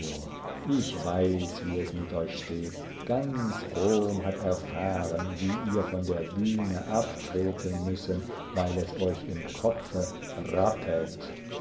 ich weiß wie es mit euch steht ganz rom hat erfahren wie ihr von der bühne abtreten müssen weil es euch im kopfe rappelt geht